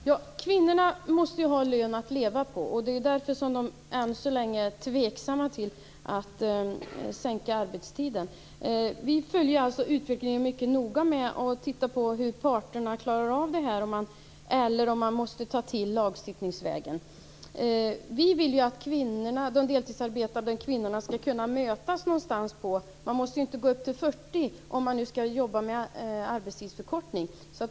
Fru talman! Kvinnorna måste ha en lön att leva på. Det är därför som de än så länge är tveksamma till att sänka arbetstiden. Vi följer alltså utvecklingen mycket noga genom att titta på om parterna klarar av detta eller om det måste ske genom lagstiftning. Vi vill att de deltidsarbetande kvinnorna skall kunna mötas någonstans. De måste ju inte gå upp till 40 timmars arbetsvecka, om man nu skall arbeta för en arbetstidsförkortning.